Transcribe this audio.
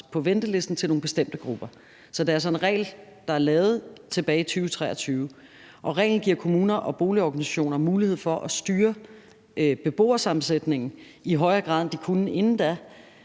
på ventelisten til nogle bestemte grupper. Så det er altså en regel, der er lavet tilbage i 2000. Reglen giver kommuner og boligorganisationer mulighed for at styre beboersammensætningen i højere grad, end de kunne inden da,